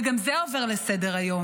וגם זה עובר לסדר-היום.